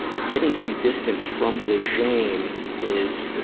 getting some distance from the shame is,